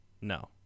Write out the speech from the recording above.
No